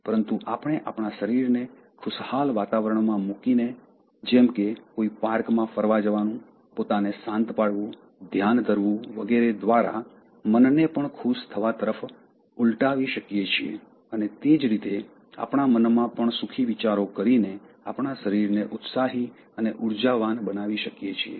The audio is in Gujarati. પરંતુ આપણે આપણા શરીરને ખુશહાલ વાતાવરણમાં મૂકીને જેમ કે કોઈ પાર્કમાં ફરવા જવાનું પોતાને શાંત પાડવું ધ્યાન ધરવું વગેરે દ્વારા મનને પણ ખુશ થવા તરફ ઉલટાવી શકીએ છીએ અને તે જ રીતે આપણા મનમાં પણ સુખી વિચારો કરીને આપણા શરીરને ઉત્સાહી અને ઉર્જાવાન બનાવી શકીએ છીએ